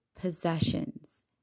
possessions